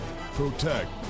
Protect